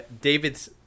David's